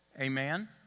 amen